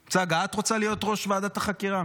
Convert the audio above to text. צגה, את רוצה להיות ראש ועדת החקירה?